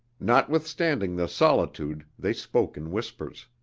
notwithstanding the solitude they spoke in whispers.